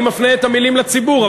אני מפנה את המילים לציבור,